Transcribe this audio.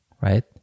right